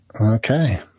Okay